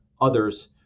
others